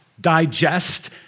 digest